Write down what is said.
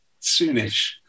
soonish